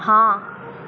हाँ